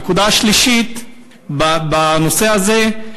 הנקודה השלישית בנושא הזה,